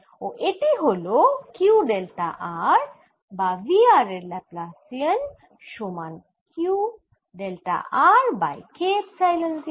ও এটি হল Q delta r বা V r এর ল্যাপ্লাসিয়ান সমান Q delta r by K epsilon 0